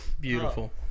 Beautiful